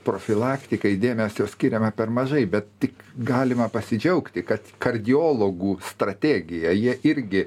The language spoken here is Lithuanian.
profilaktikai dėmesio skiriame per mažai bet tik galima pasidžiaugti kad kardiologų strategija jie irgi